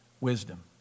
wisdom